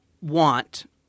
want